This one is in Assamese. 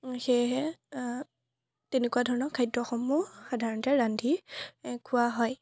সেয়েহে তেনেকুৱা ধৰণৰ খাদ্যসমূহ সাধাৰণতে ৰান্ধি খোৱা হয়